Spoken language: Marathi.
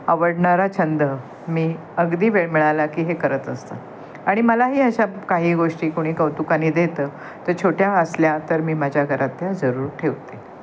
आवडणारा छंद मी अगदी वेळ मिळाला की हे करत असतं आणि मलाही अशा काही गोष्टी कुणी कौतुकाने देतं तर छोट्या असल्या तर मी माझ्या घरात त्या जरूर ठेवते